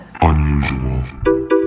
Unusual